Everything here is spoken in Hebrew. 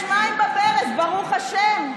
יש מים בברז, ברוך השם.